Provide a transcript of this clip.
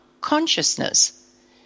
consciousness